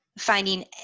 finding